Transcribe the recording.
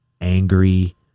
angry